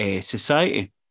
society